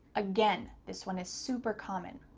again, this one is super common.